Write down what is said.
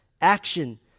action